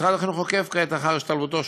ומשרד החינוך עוקב כעת אחר השתלבותו שם.